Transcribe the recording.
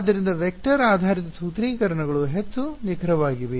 ಆದ್ದರಿಂದ ವೆಕ್ಟರ್ ಆಧಾರಿತ ಸೂತ್ರೀಕರಣಗಳು ಹೆಚ್ಚು ನಿಖರವಾಗಿವೆ